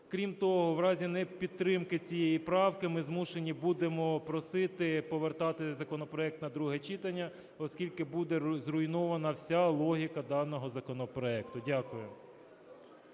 Крім того, в разі непідтримки цієї правки ми змушені будемо просити повертати законопроект на друге читання, оскільки буде зруйнована вся логіка даного законопроекту. Дякую.